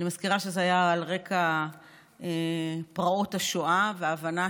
אני מזכירה שזה היה על רקע פרעות השואה וההבנה